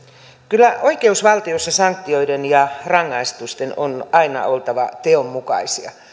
kyllä oikeusvaltiossa sanktioiden ja rangaistusten on aina oltava teon mukaisia